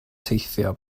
teithio